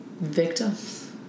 victims